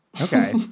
Okay